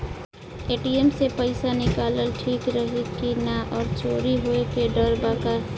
ATM से पईसा निकालल ठीक रही की ना और चोरी होये के डर बा का?